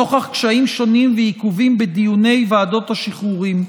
נוכח קשיים שונים ועיכובים בדיוני ועדות השחרורים.